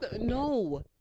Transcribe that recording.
No